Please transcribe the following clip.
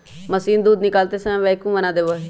machine दूध निकालते समय वैक्यूम बना देवा हई